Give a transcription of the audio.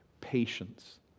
Patience